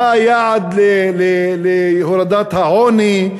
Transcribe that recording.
מה היעד בהורדת העוני,